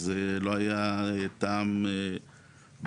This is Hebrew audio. אז לא היה טעם לזה.